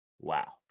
wow